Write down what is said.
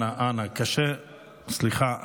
אנא, קשה לשמוע.